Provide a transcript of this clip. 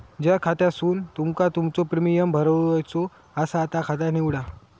ज्या खात्यासून तुमका तुमचो प्रीमियम भरायचो आसा ता खाता निवडा